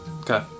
Okay